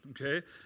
Okay